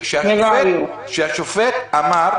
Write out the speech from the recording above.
היום, שבהם השופט אמר: